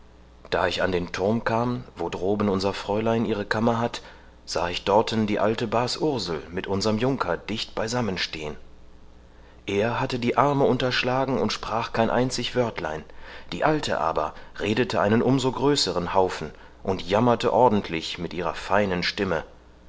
da ich an den thurm kam wo droben unser fräulein ihre kammer hat sah ich dorten die alte bas ursel mit unserem junker dicht beisammen stehen er hatte die arme unterschlagen und sprach kein einzig wörtlein die alte aber redete einen um so größeren haufen und jammerte ordentlich mit ihrer feinen stimme